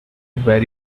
very